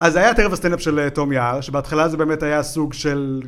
אז זה היה ערב הסטנדאפ של תום יער, שבהתחלה זה באמת היה סוג של...